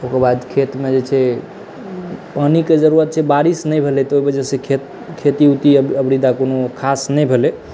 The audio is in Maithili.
ओकर बाद खेतमे जे छै पानिके जरुरत छै बारिश नहि भेलै तऽ ओहि वजह से खेती ओतय अबड़ीदा कोनो खास नहि भेलै